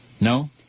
No